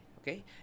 Okay